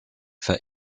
for